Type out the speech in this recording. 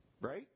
Right